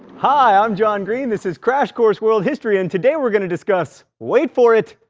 hi i'm john green this is crash course world history and today we're gonna discuss, wait for it,